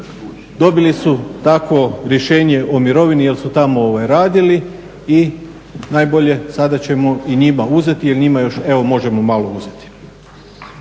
dobili su takvo rješenje o mirovini jer su tamo radili i najbolje sada ćemo i njima uzeti jer njima još evo možemo malo uzeti.